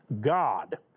God